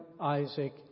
Isaac